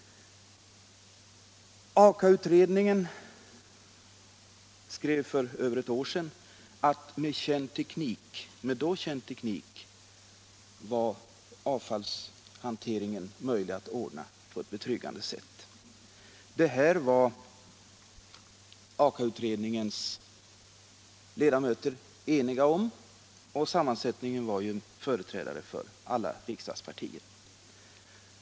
skisser yin rk Rn Aka-utredningen skrev för över ett år sedan att med då känd teknik = Särskilt tillstånd att var avfallshanteringen möjlig att lösa på ett betryggande sätt. Detta var = tillföra kärnreak Aka-utredningens ledamöter eniga om, och bland dem fanns ju före = tor kärnbränsle, trädare för alla riksdagspartier.